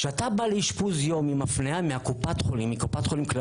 כשאתה בא לאשפוז יום עם הפניה מקופת חולים כללית,